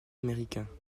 américain